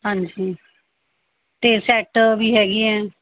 ਹਾਂਜੀ ਅਤੇ ਸੈੱਟ ਵੀ ਹੈਗੇ ਹੈ